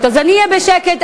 ועדת החוקה,